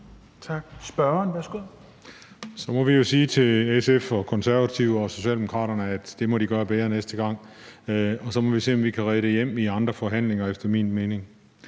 Christian Juhl (EL): Så må vi jo sige til SF og Konservative og Socialdemokraterne, at det må de gøre bedre næste gang, og så må vi se, om vi kan redde det hjem i andre forhandlinger, efter min mening.